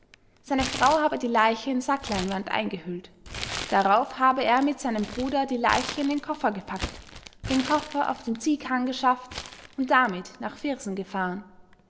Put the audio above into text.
seine frau habe die leiche in sackleinwand eingehüllt darauf habe er mit seinem bruder die leiche in den koffer gepackt den koffer auf den ziehkarren geschafft und damit nach viersen gefahren